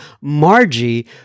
Margie